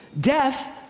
Death